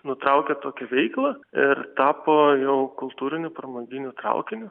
nutraukė tokią veiklą ir tapo jau kultūriniu pramoniniu traukiniu